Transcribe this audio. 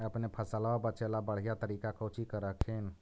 अपने फसलबा बचे ला बढ़िया तरीका कौची कर हखिन?